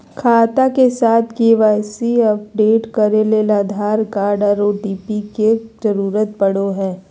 खाता के साथ के.वाई.सी अपडेट करे ले आधार कार्ड आर ओ.टी.पी के जरूरत पड़ो हय